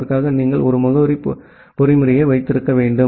அதற்காக நீங்கள் ஒரு முகவரி பொறிமுறையை வைத்திருக்க வேண்டும்